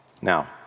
Now